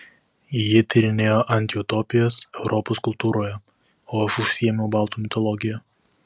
ji tyrinėjo antiutopijas europos kultūroje o aš užsiėmiau baltų mitologija